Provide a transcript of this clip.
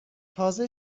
تازه